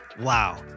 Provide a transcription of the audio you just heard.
Wow